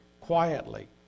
quietly